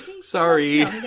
Sorry